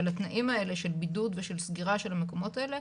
אבל התנאים האלה של בידוד ושל סגירה של המקומות האלה,